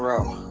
row.